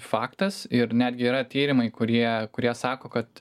faktas ir netgi yra tyrimai kurie kurie sako kad